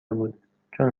بود، چون